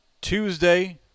Tuesday